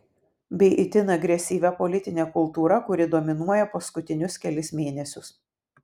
bei itin agresyvia politine kultūra kuri dominuoja paskutinius kelis mėnesius